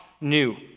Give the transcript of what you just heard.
new